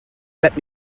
let